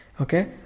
Okay